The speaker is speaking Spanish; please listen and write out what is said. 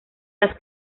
las